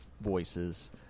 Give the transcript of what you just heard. voices